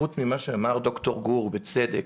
חוץ ממה שאמר ד"ר גור בצדק,